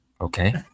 okay